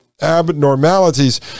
abnormalities